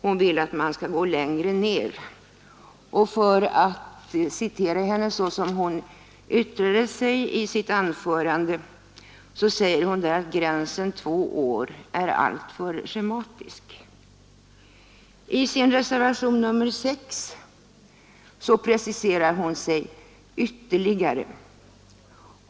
Hon vill att man skall gå längre ned och anser — för att citera hennes anförande — att gränsen två år är alltför schematisk. I sin reservation nr 7 preciserar hon sig ytterligare.